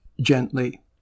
gently